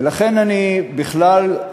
ולכן, אני בכלל,